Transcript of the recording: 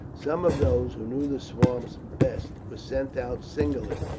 some of those who knew the swamps best were sent out singly,